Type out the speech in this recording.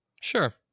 sure